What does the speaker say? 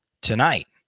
tonight